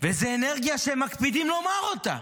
וזה אנרגיה שמקפידים לומר אותה.